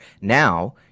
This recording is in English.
now